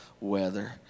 weather